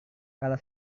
kalau